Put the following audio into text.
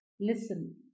listen